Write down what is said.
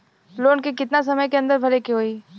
Loan के कितना समय के अंदर भरे के होई?